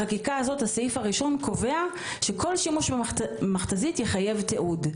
הסעיף הראשון קובע שכל שימוש במכתזית יחייב תיעוד.